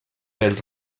pel